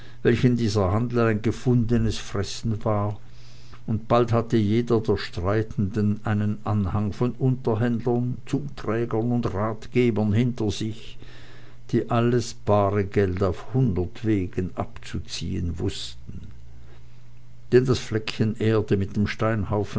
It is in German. welchen dieser handel ein gefundenes essen war und bald hatte jeder der streitenden einen anhang von unterhändlern zuträgern und ratgebern hinter sich die alles bare geld auf hundert wegen abzuziehen wußten denn das fleckchen erde mit dem steinhaufen